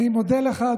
אני מודה לך,